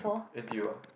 N_T_U ah